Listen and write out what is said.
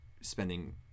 spending